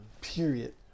Period